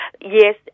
yes